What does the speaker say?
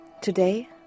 Today